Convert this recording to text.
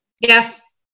Yes